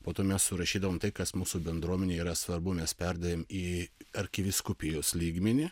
po to mes surašydavom tai kas mūsų bendruomenėj yra svarbu mes perdavėm į arkivyskupijos lygmenį